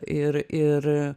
ir ir